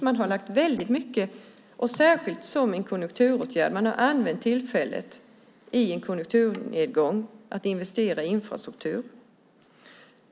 Man har använt tillfället i en konjunkturnedgång att investera i infrastruktur.